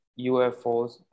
ufos